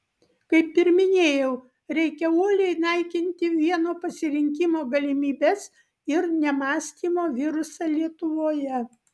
kaip ir minėjau reikia uoliai naikinti vieno pasirinkimo galimybės ir nemąstymo virusą lietuvoje